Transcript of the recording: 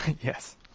Yes